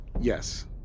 Yes